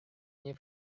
nie